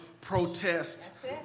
protest